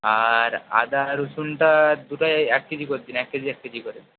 আর আদা রসুনটা দুটোই এক কেজি করে দিন এক কেজি এক কেজি করে